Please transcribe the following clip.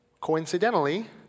coincidentally